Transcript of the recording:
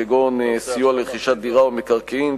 כגון סיוע לרכישת דירה או מקרקעין,